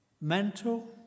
mental